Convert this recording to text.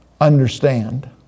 understand